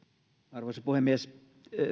arvoisa puhemies